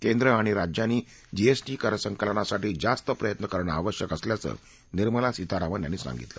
केंद्र आणि राज्यांनी जीएसटी करसंकलनासाठी जास्त प्रयत्न करणं आवश्यक असल्याचं निर्मला सीतारामन यांनी सांगितलं